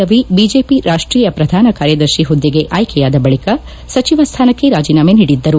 Ravi BJP ರಾಷ್ಷೀಯ ಪ್ರಧಾನ ಕಾರ್ಯದರ್ತ ಪುದ್ದೆಗೆ ಆಯ್ಕೆಯಾದ ಬಳಕ ಸಚಿವ ಸ್ವಾನಕ್ಕೆ ರಾಜೀನಾಮಿ ನೀಡಿದ್ದರು